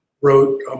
wrote